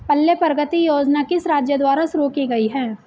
पल्ले प्रगति योजना किस राज्य द्वारा शुरू की गई है?